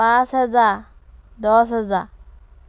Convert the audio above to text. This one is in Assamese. পাঁচ হেজাৰ দহ হেজাৰ